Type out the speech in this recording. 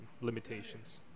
limitations